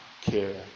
care